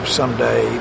someday